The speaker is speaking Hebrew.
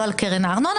ולא על קרן הארנונה.